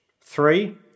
Three